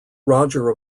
roger